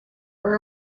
were